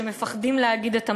שמפחדים להגיד את אמירתם.